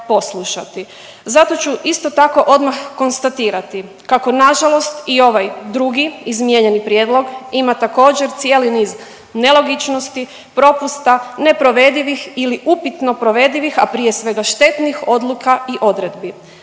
Zato ću isto tako odmah konstatirati kako nažalost i ovaj drugi izmijenjeni prijedlog ima također cijeli niz nelogičnosti, propusta, neprovedivih ili upitno provedivih, a prije svega štetnih odluka i odredbi.